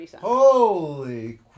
Holy